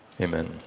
amen